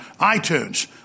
iTunes